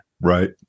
Right